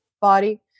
body